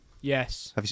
Yes